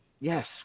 Yes